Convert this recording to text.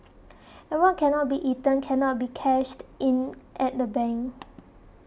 and what cannot be eaten cannot be cashed in at the bank